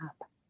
up